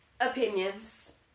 opinions